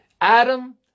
Adam